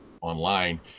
online